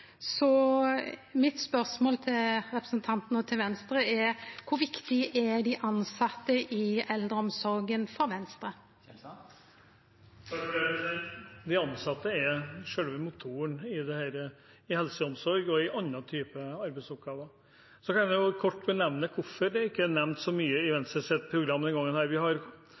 Mitt spørsmål til representanten og til Venstre er: Kor viktig er dei tilsette i eldreomsorga for Venstre? De ansatte er selve motoren i helse og omsorg og andre typer arbeidsoppgaver. Jeg kan kort si hvorfor det ikke er nevnt så mye i Venstres program denne gangen. Tidligere hadde vi